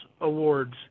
awards